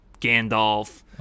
Gandalf